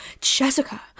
Jessica